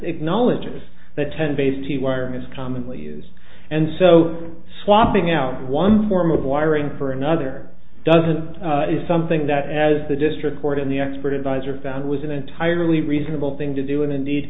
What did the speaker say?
acknowledges that ten base t wiring is commonly used and so swapping out one form of wiring for another doesn't is something that as the district court in the expert advisor found was an entirely reasonable thing to do and indeed